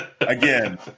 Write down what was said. again